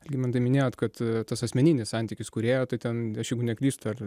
algimantai minėjot kad tas asmeninis santykis kūrėjo tai ten aš jeigu neklystu ar